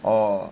ah